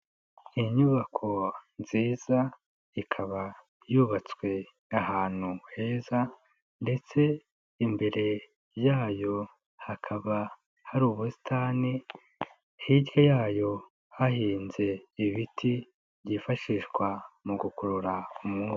Inyubako nziza ikaba yubatswe ahantu heza ndetse imbere yayo hakaba hari ubusitani, hirya yayo hahinze ibiti byifashishwa mu gukurura umwuka.